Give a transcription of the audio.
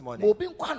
morning